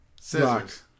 Scissors